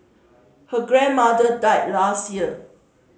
her grandmother died last year